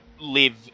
live